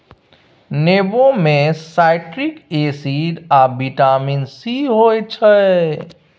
नेबो मे citric acid आ बिटामिन सी होइ छै